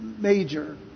major